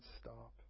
stop